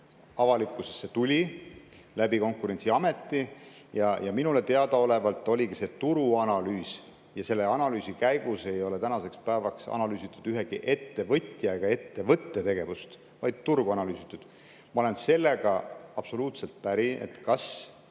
avalikkusesse Konkurentsiametist. Minule teadaolevalt ongi see turuanalüüs ja selle analüüsi käigus ei ole tänaseks päevaks analüüsitud ühegi ettevõtja ega ettevõtte tegevust, vaid turgu. Ma olen absoluutselt päri, et [on